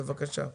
בבקשה.